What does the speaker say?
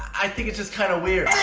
i think it's just kind of weird